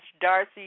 Darcy